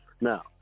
Now